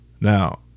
Now